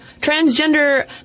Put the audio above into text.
transgender